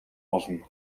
болно